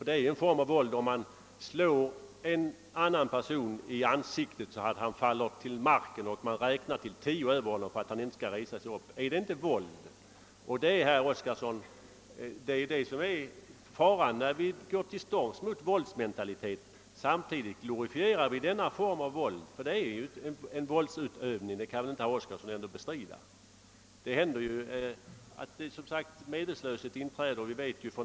Ty det är ju ändå en form av våld att slå en annan person i ansiktet så att han faller till marken, varefter man ser efter om han kan resa sig igen innan det har räknats till tio. Visst är sådant våld! Och när vi går till storms mot våldsmentaliteten är den stora faran just att vi samtidigt glorifierar denna form av våld, herr Oskarson. Inte ens herr Os karson kan väl ändå bestrida att boxningen är en våldsutövning? Det händer ju i boxningsmatcher att den ene boxaren slås medvetslös.